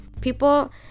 People